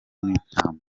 n’intama